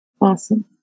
Awesome